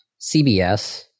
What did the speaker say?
CBS